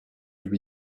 lui